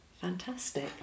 fantastic